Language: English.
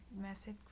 massive